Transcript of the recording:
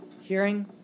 hearing